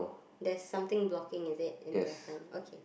there's something blocking is it in the front okay